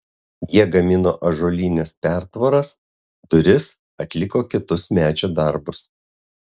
jie gamino ąžuolines pertvaras duris atliko kitus medžio darbus